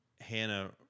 Hannah